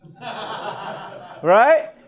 Right